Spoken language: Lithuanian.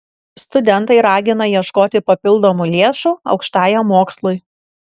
studentai ragina ieškoti papildomų lėšų aukštajam mokslui